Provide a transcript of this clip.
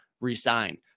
resign